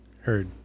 Heard